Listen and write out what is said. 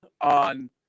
on